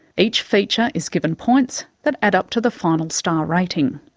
each feature is given points that add up to the final star rating.